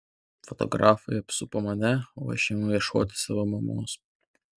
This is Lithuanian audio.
fotografai apsupo mane o aš ėmiau ieškoti savo mamos